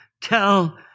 tell